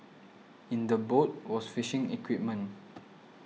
in the boat was fishing equipment